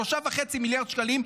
3.5 מיליארד שקלים.